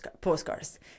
postcards